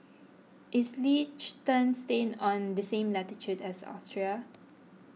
is Liechtenstein on the same latitude as Austria